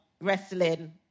Wrestling